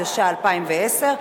התשע"א 2010,